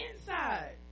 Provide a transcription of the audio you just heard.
inside